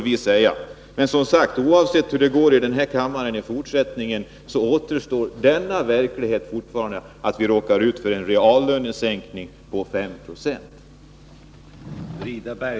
Alldeles oavsett hur det går i denna kammare i fortsättningen återstår den verklighet vi råkar ut för med en reallönesänkning på 5 96.